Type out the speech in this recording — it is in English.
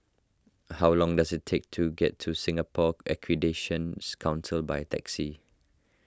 how long does it take to get to Singapore Accreditation Council by taxi